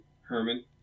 herman